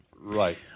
Right